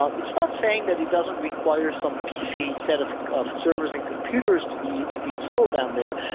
ah it's not saying that it doesn't require some beefy set of of servers and computers to be to be installed down there,